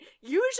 usually